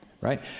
right